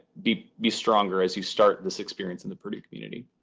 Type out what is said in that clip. be be stronger as you start this experience in the purdue community?